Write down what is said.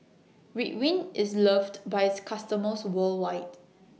Ridwind IS loved By its customers worldwide